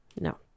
No